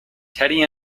teddy